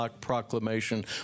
Proclamation